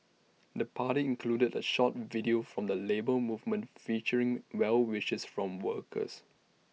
the party included A short video from the Labour Movement featuring well wishes from workers